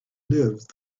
live